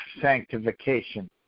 sanctification